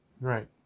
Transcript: Right